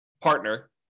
partner